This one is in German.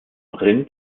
rind